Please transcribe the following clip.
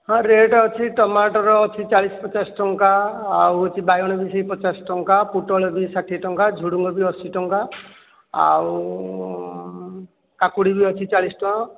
ହଁ ରେଟ୍ ଅଛି ଟମାଟର ଅଛି ଚାଳିଶ ପଚାଶ ଟଙ୍କା ଆଉ ହେଉଛି ବାଇଗଣ ବି ସେଇ ପଚାଶଟଙ୍କା ପୋଟଳ ବି ଷାଠିଏଟଙ୍କା ଝୁଡ଼ଙ୍ଗ ବି ଅଶୀଟଙ୍କା ଆଉ କାକୁଡ଼ି ବି ଅଛି ଚାଳିଶଟଙ୍କା